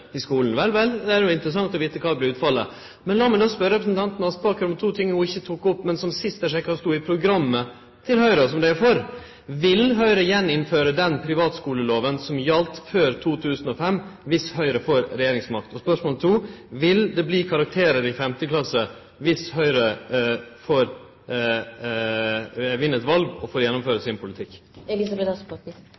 i skulen. Vel, vel, det er jo interessant å vite kva som vert utfallet. Men la meg då spørje representanten Aspaker om to ting ho ikkje tok opp, men som sist eg sjekka, stod i programmet til Høgre – og som dei er for. Vil Høgre føre inn att den privatskulelova som gjaldt før 2005 dersom Høgre får regjeringsmakt? Og spørsmål 2: Vil det bli karakterar i 5. klasse dersom Høgre vinn eit val og får gjennomføre